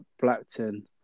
Blackton